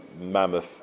mammoth